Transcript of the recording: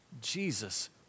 Jesus